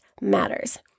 matters